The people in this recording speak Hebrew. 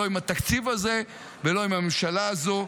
לא עם התקציב הזה ולא עם הממשלה הזאת.